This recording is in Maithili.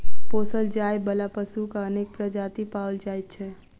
पोसल जाय बला पशुक अनेक प्रजाति पाओल जाइत छै